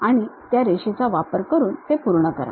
आणि त्या रेषेचा वापर करून ते पूर्ण करा